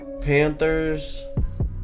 Panthers